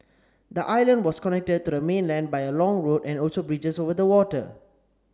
the island was connected to the mainland by a long road and also bridges over the water